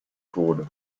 tode